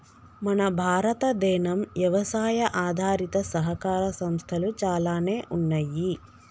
మన భారతదేనం యవసాయ ఆధారిత సహకార సంస్థలు చాలానే ఉన్నయ్యి